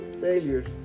failures